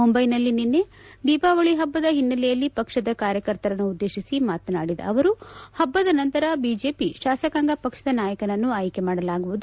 ಮುಂಬೈನಲ್ಲಿ ನಿನ್ನೆ ದೀಪಾವಳಿ ಪಭ್ಗದ ಹಿನ್ನೆಲೆಯಲ್ಲಿ ಪಕ್ಷದ ಕಾರ್ಯಕರ್ತರನ್ನುದ್ದೇಶಿಸಿ ಮಾತನಾಡಿದ ಅವರು ಪಭ್ಗದ ನಂತರ ಬಿಜೆಪಿ ಶಾಸಕಾಂಗ ಪಕ್ಷದ ನಾಯಕನನ್ನು ಆಯ್ದೆ ಮಾಡಲಾಗುವುದು